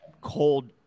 cold